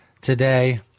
today